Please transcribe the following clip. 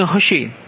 હશે